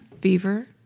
fever